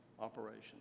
operation